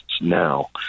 now